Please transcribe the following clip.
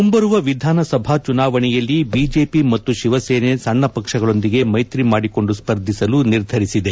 ಮುಂಬರುವ ವಿಧಾನಸಭಾ ಚುನಾವಣೆಯಲ್ಲಿ ಬಿಜೆಪಿ ಮತ್ತು ಶಿವಸೇನೆ ಸಣ್ಣ ವಕ್ಷಗಳೊಂದಿಗೆ ಮೈತ್ರಿ ಮಾಡಿಕೊಂಡು ಸ್ಪರ್ಧಿಸಲು ನಿರ್ಧರಿಸಿದೆ